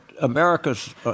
America's